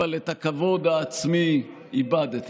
אבל את הכבוד העצמי איבדת.